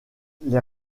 les